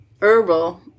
herbal